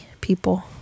people